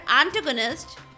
antagonist